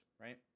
right